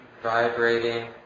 Vibrating